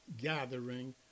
gathering